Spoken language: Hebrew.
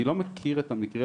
אני לא מכיר את המקרה,